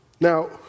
Now